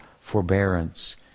forbearance